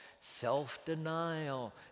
self-denial